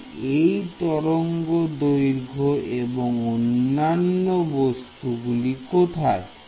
তাই এই তরঙ্গ দৈর্ঘ্য এবং অন্যান্য বস্তুগুলি কোথায়